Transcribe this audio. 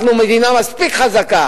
אנחנו מדינה מספיק חזקה